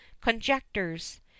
conjectures